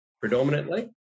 predominantly